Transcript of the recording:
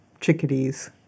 chickadees